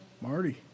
marty